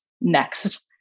next